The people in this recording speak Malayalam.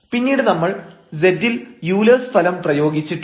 പിന്നീട് നമ്മൾ z ൽ യൂലേഴ്സ് ഫലം പ്രയോഗിച്ചിട്ടുണ്ട്